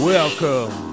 Welcome